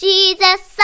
Jesus